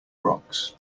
rocks